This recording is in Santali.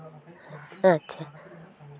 ᱟᱪᱪᱷᱟ